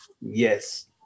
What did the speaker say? yes